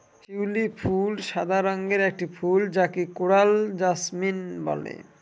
শিউলি ফুল সাদা রঙের একটি ফুল যাকে কোরাল জাসমিন বলে